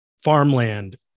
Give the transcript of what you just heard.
farmland